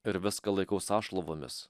ir viską laikau sąšlavomis